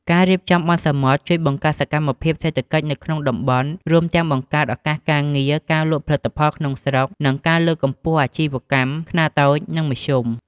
ការរៀបចំបុណ្យសមុទ្រជួយបង្កើនសកម្មភាពសេដ្ឋកិច្ចនៅក្នុងតំបន់ រួមទាំងការបង្កើតឱកាសការងារ ការលក់ផលិតផលក្នុងស្រុក និងការលើកកម្ពស់អាជីវកម្មខ្នាតតូច និងមធ្យម។